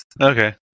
Okay